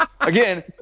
again